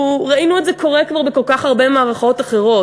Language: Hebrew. ראינו את זה קורה כבר בכל כך הרבה מערכות אחרות.